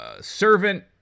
servant